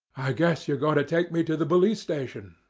i guess you're going to take me to the police-station,